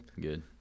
Good